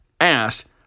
asked